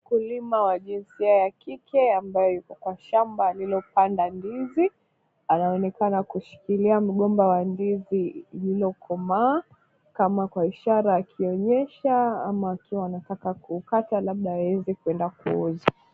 Mkulima wa jinsia ya kike ambaye yuko kwa shamba lililopanda ndizi. Anaonekana kushikilia mgomba wa ndizi lililokomaa, kama kwa ishara akionyesha ama akiwa anataka kuukata labda aweze kuenda kuuza.